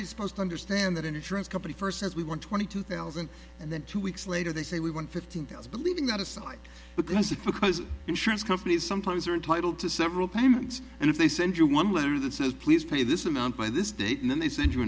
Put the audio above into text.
these supposed to understand that an insurance company first says we want twenty two thousand and then two weeks later they say we want fifteen tells believing that aside because it was insurance companies sometimes are entitled to several payments and if they send you one letter the so please pay this amount by this date and then they send you